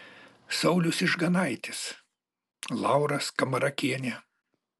saulius ižganaitis laura skamarakienė